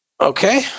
Okay